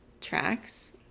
tracks